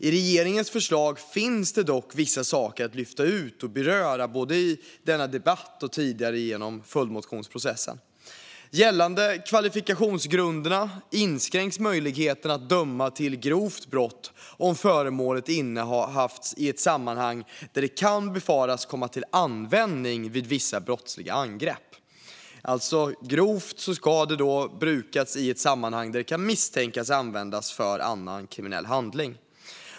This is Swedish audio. I regeringens förslag finns det dock vissa saker att lyfta ut och beröra, både i denna debatt och i följdmotionsprocessen tidigare. Gällande kvalifikationsgrunderna inskränks möjligheten att döma för grovt brott om föremålet har innehafts i ett sammanhang där det kan befaras komma till användning vid vissa brottsliga angrepp. Ska det anses grovt ska föremålet alltså ha brukats i ett sammanhang där det kan misstänkas användas för annan kriminell handling.